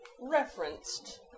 referenced